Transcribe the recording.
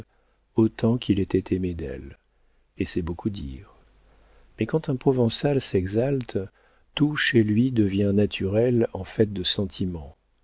autant qu'il était aimé d'elle et c'est beaucoup dire mais quand un provençal s'exalte tout chez lui devient naturel en fait de sentiment